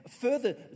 further